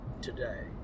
today